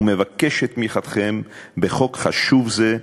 ומבקש את תמיכתכם בחוק חשוב זה,